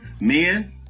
Men